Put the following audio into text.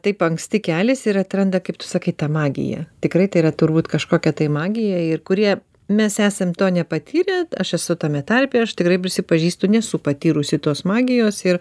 taip anksti keliasi ir atranda kaip tu sakai tą magiją tikrai tai yra turbūt kažkokia tai magija ir kurį mes esam to nepatyrę aš esu tame tarpe aš tikrai prisipažįstu nesu patyrusi tos magijos ir